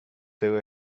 there